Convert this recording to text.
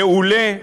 מעולה,